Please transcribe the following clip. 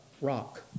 rock